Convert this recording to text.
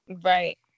Right